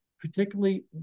particularly